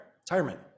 retirement